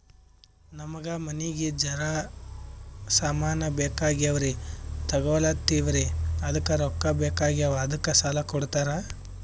ನಮಗ ಮನಿಗಿ ಜರ ಸಾಮಾನ ಬೇಕಾಗ್ಯಾವ್ರೀ ತೊಗೊಲತ್ತೀವ್ರಿ ಅದಕ್ಕ ರೊಕ್ಕ ಬೆಕಾಗ್ಯಾವ ಅದಕ್ಕ ಸಾಲ ಕೊಡ್ತಾರ?